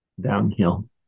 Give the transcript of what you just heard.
downhill